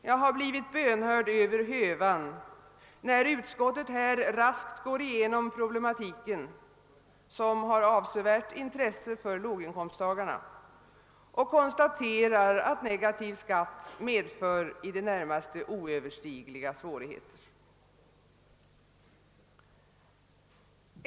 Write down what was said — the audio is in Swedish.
Jag har blivit bönhörd över hövan, när utskottet här raskt går igenom problematiken — som har avsevärt intresse för låginkomsttagarna — och konstaterar att negativ skatt medför i det närmaste oöverstigliga svårigheter.